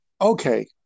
okay